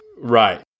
right